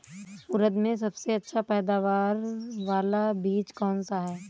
उड़द में सबसे अच्छा पैदावार वाला बीज कौन सा है?